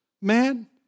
man